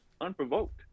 unprovoked